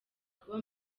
kuba